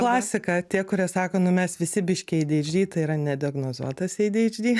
klasika tie kurie sako nu mes visi biški adhd tai yra nediagnozuotas adhd